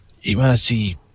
Humanity